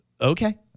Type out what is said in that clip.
Okay